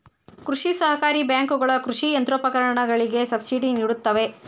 ಕೃಷಿ ಸಹಕಾರಿ ಬ್ಯಾಂಕುಗಳ ಕೃಷಿ ಯಂತ್ರೋಪಕರಣಗಳಿಗೆ ಸಬ್ಸಿಡಿ ನಿಡುತ್ತವೆ